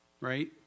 right